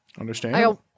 Understand